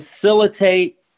facilitate